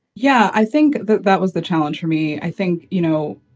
yeah. i think that that was the challenge for me. i think, you know,